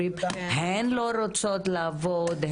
אומרים: הן לא רוצות לעבוד,